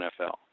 NFL